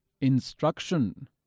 instruction